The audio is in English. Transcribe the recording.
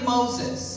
Moses